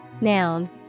Noun